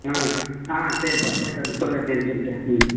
ஆ ஆ சரிப்பா போயிட்டு வந்து சொல்லு எப்படி இருந்துச்சுன்ட்டு ம்